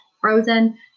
frozen